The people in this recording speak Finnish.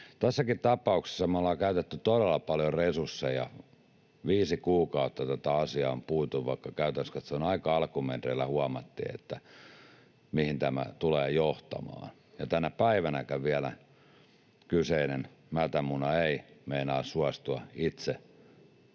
Tässäkin tapauksessa me ollaan käytetty todella paljon resursseja, viisi kuukautta tätä asiaa on puitu, vaikka käytännöllisesti katsoen aika alkumetreillä huomattiin, mihin tämä tulee johtamaan, ja vielä tänä päivänäkään kyseinen mätämuna ei meinaa suostua itse